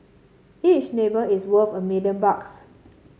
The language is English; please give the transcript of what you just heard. each neighbour is worth a million bucks